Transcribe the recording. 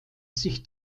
sich